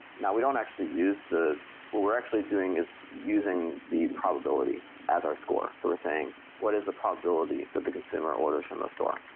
now we don't actually use the what we're actually doing is using the probability as our score. we're saying what is the probability that the consumer orders from the store?